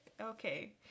Okay